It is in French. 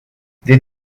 des